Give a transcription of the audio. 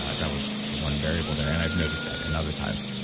ah that was the one variable there, and i've noticed that in other times.